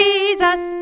Jesus